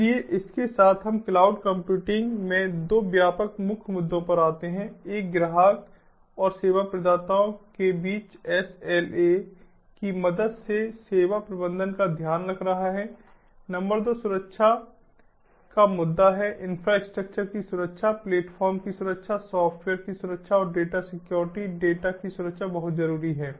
इसलिए इसके साथ हम क्लाउड कंप्यूटिंग में 2 व्यापक मुख्य मुद्दों पर आते हैं एक ग्राहक और सेवा प्रदाताओं के बीच SLAs की मदद से सेवा प्रबंधन का ध्यान रख रहा है नंबर 2 सुरक्षा का मुद्दा है इंफ्रास्ट्रक्चर की सुरक्षा प्लेटफॉर्म की सुरक्षा सॉफ्टवेयर की सुरक्षा और डेटा सिक्योरिटी डेटा की सुरक्षा बहुत जरूरी है